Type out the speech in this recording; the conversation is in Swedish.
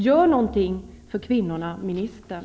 Gör någonting för kvinnorna, ministern!